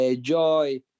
joy